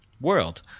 world